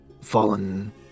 fallen